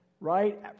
right